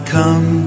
come